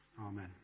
Amen